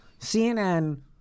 CNN